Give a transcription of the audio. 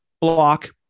block